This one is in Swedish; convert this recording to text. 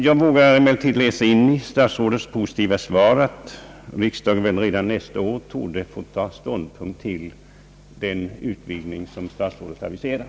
Jag vågar emellertid av statsrådets svar läsa ut, att riksdagen redan nästa år torde få ta ståndpunkt till den utbildning som statsrådet aviserar.